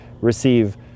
receive